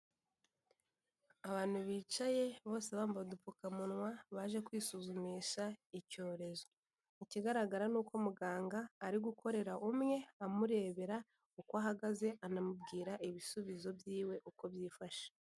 Abantu bicaye bose bambaye udupfukamunwa baje kwisuzumisha icyorezo, ikigaragara ni uko muganga ari gukorera umwe amurebera uko ahagaze, anamubwira ibisubizo by'iwe uko byifashe.